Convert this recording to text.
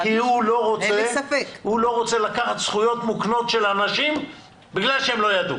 -- כי הוא לא רוצה לקחת זכויות מוקנות של אנשים בגלל שהם לא ידעו.